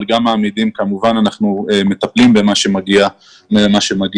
אבל אנחנו כמובן מטפלים במה שמגיע אלינו.